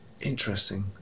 Interesting